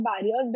barriers